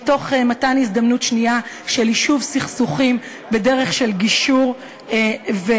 מתוך מתן הזדמנות שנייה של יישוב סכסוכים בדרך של גישור ותיאום.